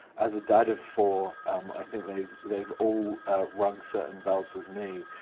as a dad of four um i think they've they've all rung certain bells with me.